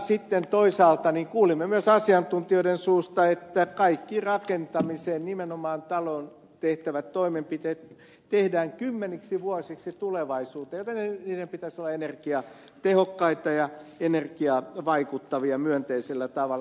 sitten toisaalta kuulimme myös asiantuntijoiden suusta että kaikki rakentamiseen nimenomaan taloon tehtävät toimenpiteet tehdään kymmeniksi vuosiksi tulevaisuuteen joten niiden pitäisi olla energiatehok kaita ja energiaan vaikuttavia myönteisellä tavalla